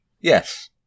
yes